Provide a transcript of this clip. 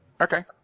Okay